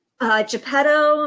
Geppetto